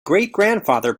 greatgrandfather